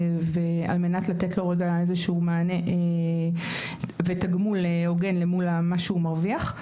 וזה על מנת לתת לו מענה ותגמול הוגן למול מה שהוא מרוויח.